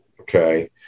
Okay